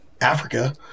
Africa